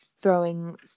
throwing